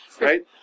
Right